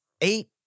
eight